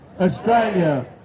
Australia